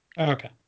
Okay